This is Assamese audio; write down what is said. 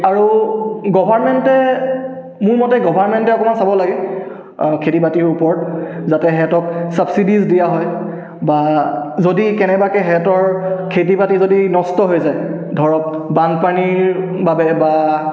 আৰু গভাৰ্মেণ্টে মোৰ মতে গভাৰ্মেণ্টে আপোনাৰ চাব লাগে খেতি বাতিৰ ওপৰত যাতে সিহঁতক ছাবছিডিজ দিয়া হয় বা যদি কেনেবাকৈ সিহঁতৰ খেতি বাতি যদি নষ্ট হৈ যায় ধৰক বানপানীৰ বাবে বা